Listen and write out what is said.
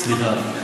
סליחה.